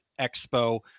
expo